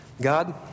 God